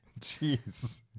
jeez